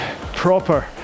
proper